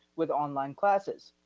with online classes.